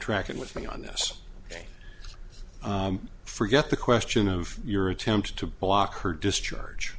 tracking with me on this ok forget the question of your attempts to block her discharge